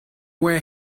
where